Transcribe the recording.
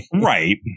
Right